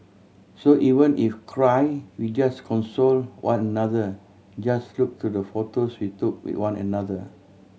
so even if cry we just console one another just look through the photos we took with one another